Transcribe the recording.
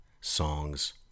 songs